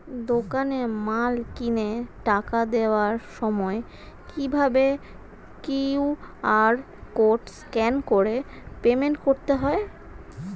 দোকানে মাল কিনে টাকা দেওয়ার সময় কিভাবে কিউ.আর কোড স্ক্যান করে পেমেন্ট করতে হয়?